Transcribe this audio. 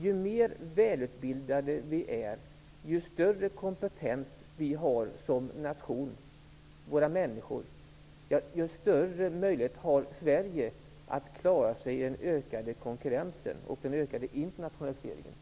Ju mer välutbildade vi är och ju större kompetens vi har som nation desto större möjlighet har Sverige att klara sig i den ökade konkurrensen och den ökade internationaliseringen.